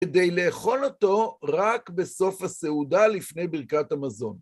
כדי לאכול אותו רק בסוף הסעודה לפני ברכת המזון.